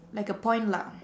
like a point lah